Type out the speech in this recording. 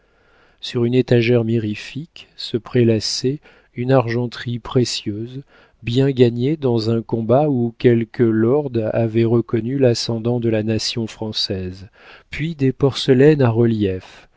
sur une étagère mirifique se prélassait une argenterie précieuse bien gagnée dans un combat où quelque lord avait reconnu l'ascendant de la nation française puis des porcelaines à reliefs